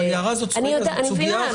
אני מבינה.